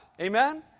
Amen